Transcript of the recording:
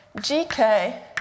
GK